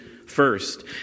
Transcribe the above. First